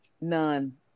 None